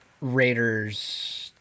Raiders